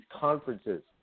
conferences